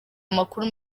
amakuru